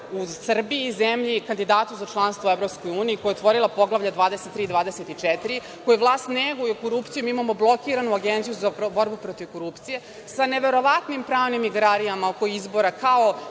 u Srbiji, zemlji kandidatu za članstvo u Evropskoj uniji, koja je otvorila poglavlja 23 i 24, u kojoj vlast neguje korupciju, jer mi imamo blokiranu Agenciju za borbu protiv korupcije, sa neverovatnim pravnim igrarijama oko izbora. Kao